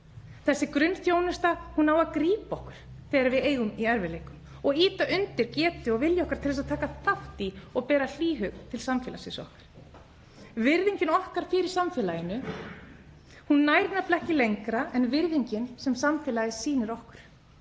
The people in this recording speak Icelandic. Þessi grunnþjónusta á að grípa þegar við eigum í erfiðleikum og ýta undir getu og vilja okkar til að taka þátt í og bera hlýhug til samfélags okkar. Virðingin okkar fyrir samfélaginu nær nefnilega ekki lengra en virðingin sem samfélagið sýnir okkur.